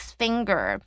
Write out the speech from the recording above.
finger